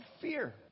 fear